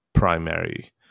primary